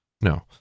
no